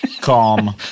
Calm